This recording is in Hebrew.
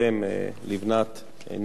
לבנת נזרי,